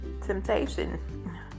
Temptation